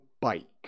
bike